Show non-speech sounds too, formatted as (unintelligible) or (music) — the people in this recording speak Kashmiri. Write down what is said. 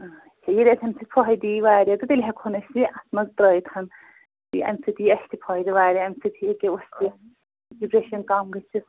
آچھا ییٚلہِ اَسہِ اَمہِ سۭتۍ فٲہدٕ یی واریاہ تہٕ تیٚلہِ ہٮ۪کون أسۍ یہِ اَتھ منٛز ترٲوِتھ (unintelligible) اَمہِ سۭتۍ یی اَسہِ تہِ فٲہدٕ واریاہ اَمہِ سۭتۍ (unintelligible) تہِ ڈِپرٛٮ۪شن کَم گٔژھِتھ